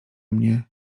mnie